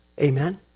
Amen